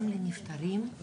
גם לנפטרים,